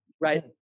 right